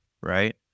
right